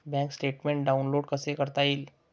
Bank statement download कसे करता येईल?